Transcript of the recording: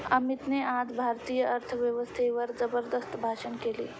अमितने आज भारतीय अर्थव्यवस्थेवर जबरदस्त भाषण केले